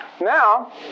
Now